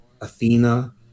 Athena